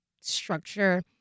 structure